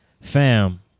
Fam